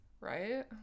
Right